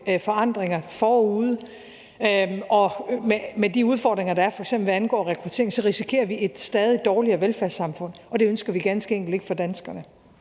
forandringer forude og med de udfordringer, der er, f.eks. hvad angår rekruttering, så risikerer vi et stadig dårligere velfærdssamfund, og det ønsker vi ganske enkelt ikke for danskerne.